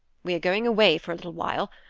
we are going away for a little while,